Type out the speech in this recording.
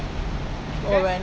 oh when